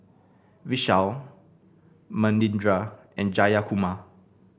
Vishal Manindra and Jayakumar